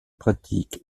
pratique